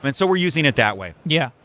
and so we're using it that way yeah.